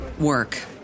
work